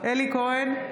אלי כהן,